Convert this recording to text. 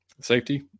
safety